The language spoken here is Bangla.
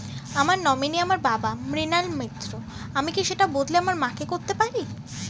আমার নমিনি আমার বাবা, মৃণাল মিত্র, আমি কি সেটা বদলে আমার মা কে করতে পারি?